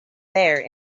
there